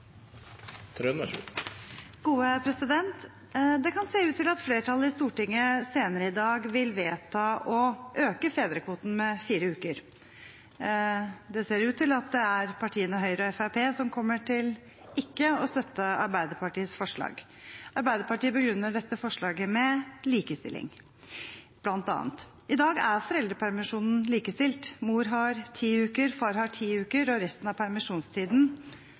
Det kan se ut til at flertallet i Stortinget senere i dag vil vedta å øke fedrekvoten med fire uker. Det ser ut til at det er partiene Høyre og Fremskrittspartiet som ikke kommer til å støtte Arbeiderpartiets forslag. Arbeiderpartiet begrunner dette forslaget med likestilling, bl.a. I dag er foreldrepermisjonen likestilt. Mor har ti uker, far har ti uker, og når det gjelder resten av permisjonstiden,